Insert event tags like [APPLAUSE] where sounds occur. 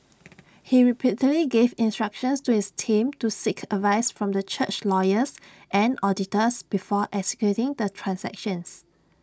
[NOISE] he repeatedly gave instructions to his team to seek advice from the church's lawyers and auditors before executing the transactions